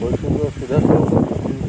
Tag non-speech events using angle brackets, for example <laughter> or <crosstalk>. <unintelligible>